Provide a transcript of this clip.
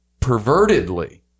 pervertedly—